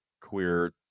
queer